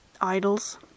idols